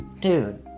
Dude